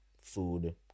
food